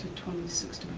twenty six